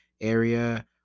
area